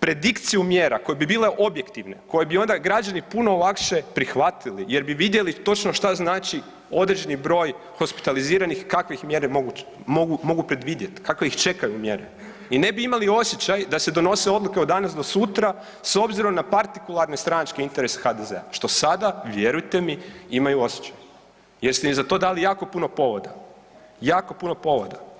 predikciju mjera koje bi bile objektivne, koje bi onda građani puno lakše prihvatili jer bi vidjeli točno šta znači određeni broj hospitaliziranih, kakve ih mjere mogu, mogu, mogu predvidjet, kakve ih čekaju mjere i ne bi imali osjećaj da se donose odluke od danas do sutra s obzirom na partikularne stranačke interese HDZ-a, što sada vjerujte mi imaju osjećaj jer ste im za to dali jako puno povoda, jako puno povoda.